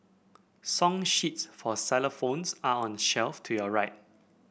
song sheets for xylophones are on the shelf to your right